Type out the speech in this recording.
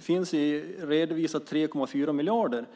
finns redovisat 3,4 miljarder.